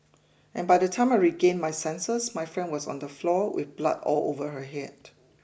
and by the time I regained my senses my friend was on the floor with blood all over her head